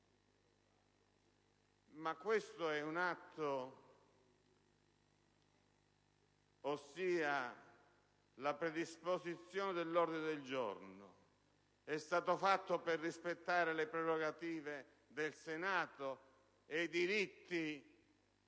vorremmo capire se la predisposizione dell'ordine del giorno è stata fatta per rispettare le prerogative del Senato e i diritti